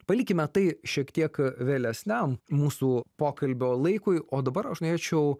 palikime tai šiek tiek vėlesniam mūsų pokalbio laikui o dabar aš norėčiau